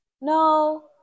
no